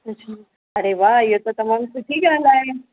अच्छा अड़े वाह इहा त तमामु सुठी ॻाल्हि आहे